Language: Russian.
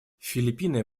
филиппины